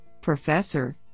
professor